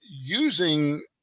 using